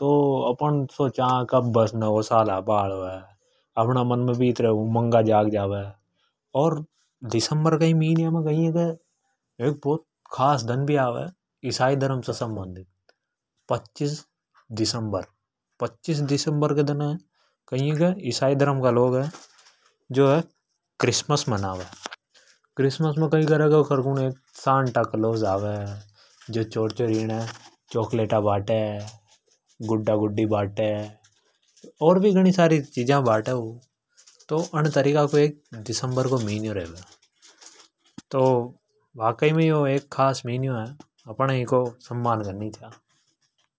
तो अपण सोचा की बस अब नवो साल आबा हालो है । अपना मन मे कई है की उमंगा जाग जावे। अर कई है की दिसंबर का ही मिन्या मे ही ईसाई धर्म से संबंधित एक खास दन भी आवे। पच्चीस दिसंबर पच्चीस दिसंबर के दन ईसाई धर्म का लोग जो है क्रिसमस मनावे। इमे कई हो वे की एक सन्ता क्लोज आवे गुड्डा गुड्डी बाटे चोकलेटा बाटे। तो अन तरीका को यो एक खास मिन्यो है अप ण है इको सम्मान करनी चा।